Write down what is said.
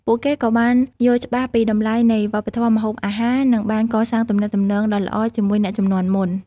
ពួកគេក៏បានយល់ច្បាស់ពីតម្លៃនៃវប្បធម៌ម្ហូបអាហារ និងបានកសាងទំនាក់ទំនងដ៏ល្អជាមួយអ្នកជំនាន់មុន។